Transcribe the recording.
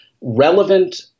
relevant